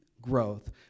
growth